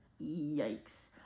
yikes